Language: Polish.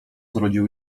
zrodził